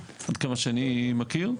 עד כמה שאני מכיר.